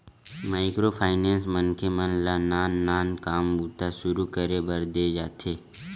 micro finance मनखे मन ल नान नान काम बूता सुरू करे बर देय जाथे